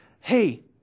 hey